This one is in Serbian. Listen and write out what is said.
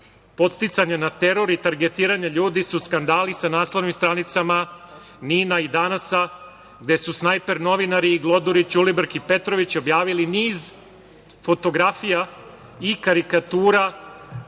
podsticanja na teror i targetiranje ljudi su skandali sa naslovnih stranica NIN-a, i Danasa, gde su snajper novinari gloduri Ćulibrk i Petrović objavili niz fotografija i karikatura